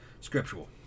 scriptural